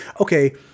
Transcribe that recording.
okay